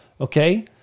Okay